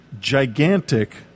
gigantic